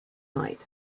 night